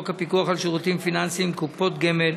הפיקוח על שירותים פיננסיים (קופות גמל)